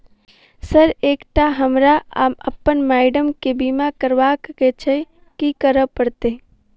Sir एकटा हमरा आ अप्पन माइडम केँ बीमा करबाक केँ छैय की करऽ परतै?